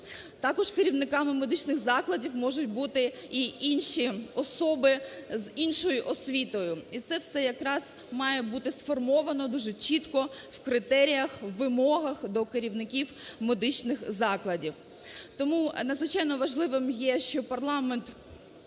Також керівниками медичних закладів можуть бути і інші особи з іншою освітою. І це все якраз має бути сформовано дуже чітко в критеріях, в вимогах до керівників медичних закладів. Тому надзвичайно важливим є, що парламент